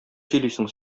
сөйлисең